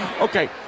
Okay